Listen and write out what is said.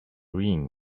ring